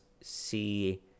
see